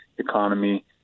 economy